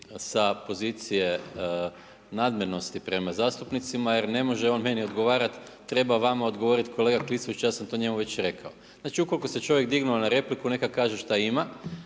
sa pozicije nadmenosti prema zastupnicima jer ne može on meni odgovarat treba vama odgovorit kolega Klisović ja sam to njemu već rekao. Znači u koliko se čovjek dignuo na repliku neka kaže šta ima,